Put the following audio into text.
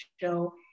show